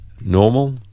normal